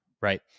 right